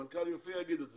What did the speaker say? המנכ"ל יופיע והוא יגיד את זה,